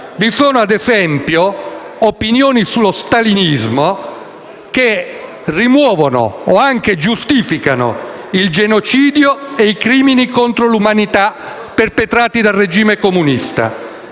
vi sono opinioni che rimuovono o anche giustificano il genocidio e i crimini contro l'umanità perpetrati dal regime comunista: